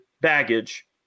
baggage